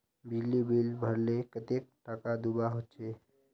बिजली बिल भरले कतेक टाका दूबा होचे?